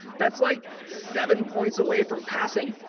that's like seven points away from passing,